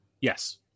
Yes